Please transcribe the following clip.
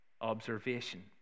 observation